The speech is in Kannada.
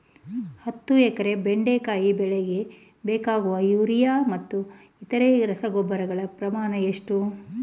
ಹತ್ತು ಎಕರೆ ಬೆಂಡೆಕಾಯಿ ಬೆಳೆಗೆ ಬೇಕಾಗುವ ಯೂರಿಯಾ ಮತ್ತು ಇತರೆ ರಸಗೊಬ್ಬರಗಳ ಪ್ರಮಾಣ ಎಷ್ಟು?